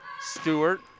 Stewart